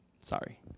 Sorry